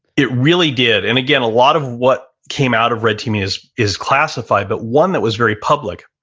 it really did. and again, a lot of what came out of red teaming is, is classified, but one that was very public